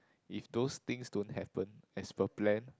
if those things don't happen as per plan